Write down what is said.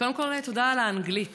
קודם כול, תודה על האנגלית.